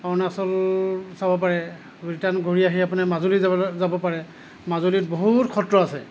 অৰুণাচল চাব পাৰে ৰিটাৰ্ণ ঘূৰি আহি আপুনি মাজুলী যাবলৈ যাব পাৰে মাজুলীত বহুত সত্ৰ আছে